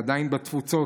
הנושא הזה עדיין בתפוצות,